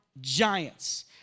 giants